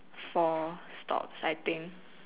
four stops I think